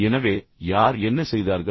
எனவே யார் என்ன செய்தார்கள்